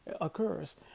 occurs